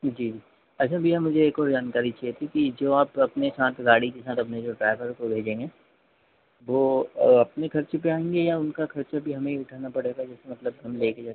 जी अच्छा भैया मुझे एक और जानकारी चाहिए थी कि जो आप अपने साथ गाड़ी के साथ अपने जो ड्राइवर को भेजेंगे वह अपने खर्चे पर आएँगे या उनका खर्चा भी हमें ही उठाना पड़ेगा जैसे मतलब हम लेकर